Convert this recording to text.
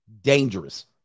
Dangerous